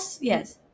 yes